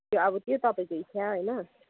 ए त्यो तपाईँको इच्छा होइन